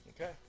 Okay